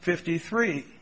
fifty three